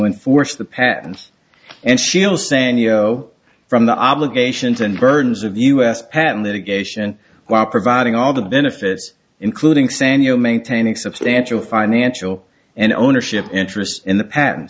enforce the patent and she'll say in yo from the obligations and burns of u s patent litigation while providing all the benefits including saniel maintaining substantial financial and ownership interest in the pan